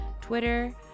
Twitter